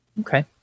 Okay